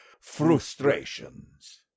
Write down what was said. frustrations